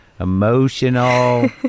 emotional